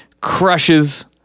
crushes